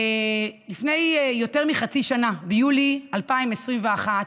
לפני יותר מחצי שנה, ביולי 2021,